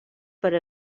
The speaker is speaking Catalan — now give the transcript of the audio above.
per